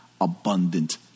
abundant